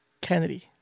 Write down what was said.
Kennedy